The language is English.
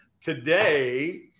today